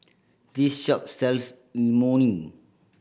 this shop sells Imoni